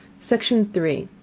section three.